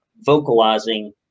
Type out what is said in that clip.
vocalizing